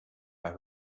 mehr